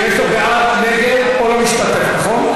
יש בעד, נגד, או לא משתתף, נכון?